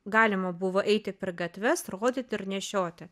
galima buvo eiti per gatves rodyti ir nešioti